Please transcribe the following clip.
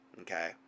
Okay